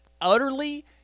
utterly